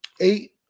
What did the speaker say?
eight